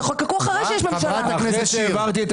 זה לא